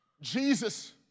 Jesus